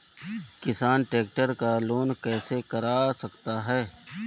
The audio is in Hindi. किसान ट्रैक्टर का लोन कैसे करा सकता है?